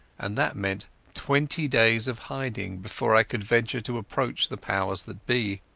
and that meant twenty days of hiding before i could venture to approach the powers that be.